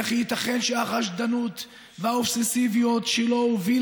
איך ייתכן שהחשדנות והאובססיביות שלו הובילו